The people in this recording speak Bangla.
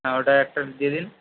হ্যাঁ ওটা একটা দিয়ে দিন